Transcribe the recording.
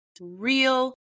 real